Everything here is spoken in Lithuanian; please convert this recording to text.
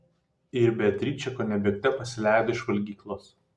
ir beatričė kone bėgte pasileido iš valgyklos